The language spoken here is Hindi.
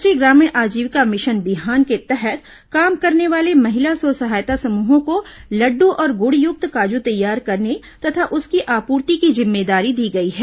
राष्ट्रीय ग्रामीण अीजीविका मिशन बिहान के तहत काम करने वाले महिला स्व सहायता समूहों को लड्डू और गुड़युक्त काजू तैयार करने तथा उसकी आपूर्ति की जिम्मेदारी दी गई है